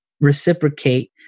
reciprocate